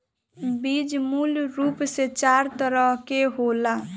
बीज मूल रूप से चार तरह के होला